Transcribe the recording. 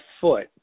foot